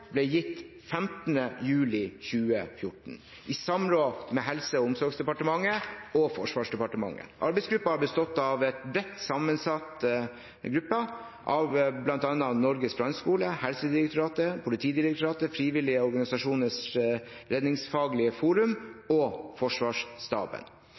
ble gitt 15. juli 2014, i samråd med Helse- og omsorgsdepartementet og Forsvarsdepartementet. Arbeidsgruppen har bestått av en bredt sammensatt gruppe fra bl.a. Norges brannskole, Helsedirektoratet, Politidirektoratet, Frivillige Organisasjoners Redningsfaglige